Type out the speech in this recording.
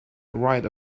right